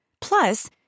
plus